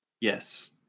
Yes